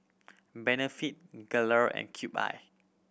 Benefit Gelare and Cube I